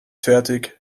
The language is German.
fertig